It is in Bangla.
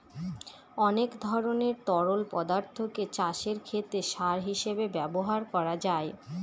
অনেক ধরনের তরল পদার্থকে চাষের ক্ষেতে সার হিসেবে ব্যবহার করা যায়